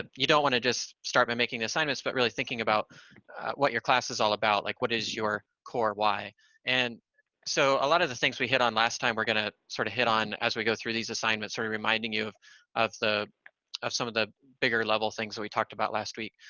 ah you don't want to just start by making assignments, but really thinking about what your class is all about. like what is your core why and so, a lot of the things we hit on last time, we're gonna sort of hit on as we go through these assignments, are reminding you of of the some of the bigger level things that we talked about last week.